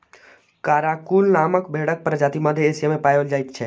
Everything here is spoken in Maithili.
कराकूल नामक भेंड़क प्रजाति मध्य एशिया मे पाओल जाइत छै